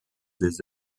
des